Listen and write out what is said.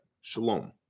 Shalom